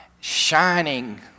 shining